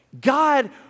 God